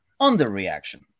underreaction